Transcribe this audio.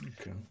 okay